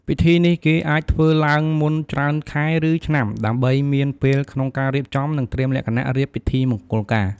ពិធីនេះ គេអាចធ្វើឡើងមុនច្រើនខែ ឬឆ្នាំ ដើម្បីមានពេលក្នុងការរៀបចំ និងត្រៀមលក្ខណៈរៀបពិធីមង្គលការ។